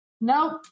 Nope